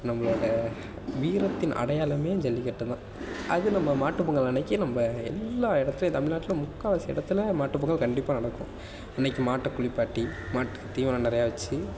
நம்மளோட வீரத்தின் அடையாளமே ஜல்லிக்கட்டு தான் அது நம்ம மாட்டுப்பொங்கல் அன்னைக்கு நம்ப எல்லா இடத்துலையும் தமிழ்நாட்டில் முக்கா வாசி இடத்துல மாட்டுப்பொங்கல் கண்டிப்பாக நடக்கும் அன்னைக்கு மாட்டை குளிப்பாட்டி மாட்டுத் தீவனம் நிறையா வச்சு